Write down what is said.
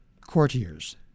courtiers